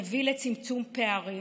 תביא לצמצום פערים,